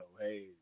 hey